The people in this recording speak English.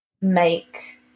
make –